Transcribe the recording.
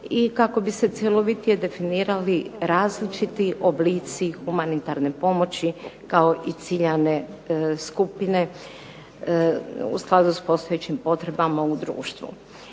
i kako bi se cjelovitije definirali različiti oblici humanitarne pomoći, kao i ciljane skupine u skladu s postojećim potrebama u društvu.